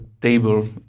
table